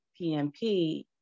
PMP